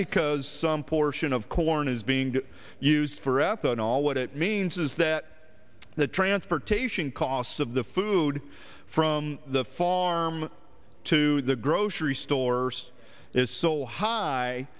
because some portion of corn is being used for ethanol what it means is that the transportation costs of the food from the farm to the grocery stores is so high